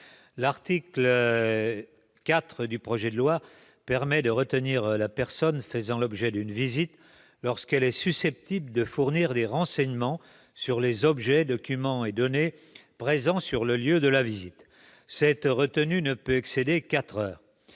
L'article 4 du projet de loi permet de retenir la personne visée par la visite lorsqu'elle est susceptible de fournir des renseignements sur les objets, documents et données présents sur le lieu de la visite. Cette retenue ne peut excéder quatre heures.